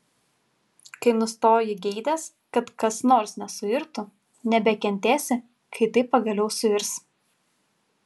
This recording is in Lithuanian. kai nustoji geidęs kad kas nors nesuirtų nebekentėsi kai tai pagaliau suirs